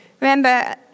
Remember